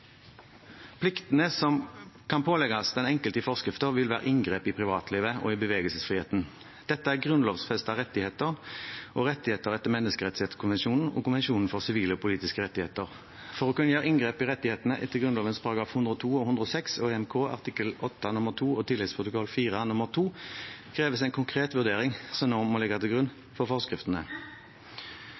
Pliktene som kan pålegges den enkelte i forskriften, vil være inngrep i privatlivet og i bevegelsesfriheten. Dette er grunnlovfestede rettigheter og rettigheter etter Menneskerettskonvensjonen og konvensjonen for sivile og politiske rettigheter. For å kunne gjøre inngrep i rettighetene etter Grunnloven §§ 102 og 106 og EMK artikkel 8 nr. 2 og tilleggsprotokoll 4 nr. 2 kreves en konkret vurdering som nå må ligge til grunn for forskriftene.